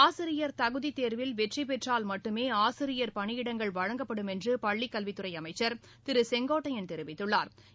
ஆசிரியர் தகுதித் தேர்வில் வெற்றிபெற்றால் மட்டுமே ஆசிரியர் பணியிடங்கள் வழங்கப்படும் என்று பள்ளிக் கல்வித்துறை அமைச்சா் திரு கே ஏ செங்கோட்டையன் தெரிவித்துள்ளாா்